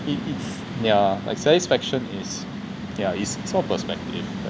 it is yeah like satisfaction is yeah its all perspective